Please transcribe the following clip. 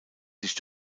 sich